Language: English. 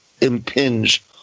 impinge